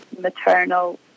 maternal